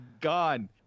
gone